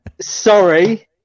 Sorry